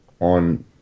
on